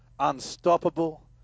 Unstoppable